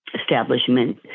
establishment